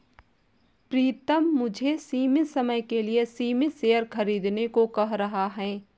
प्रितम मुझे सीमित समय के लिए सीमित शेयर खरीदने को कह रहा हैं